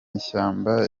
ishyamba